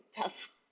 tough